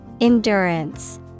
Endurance